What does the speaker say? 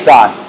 God